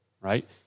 right